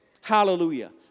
Hallelujah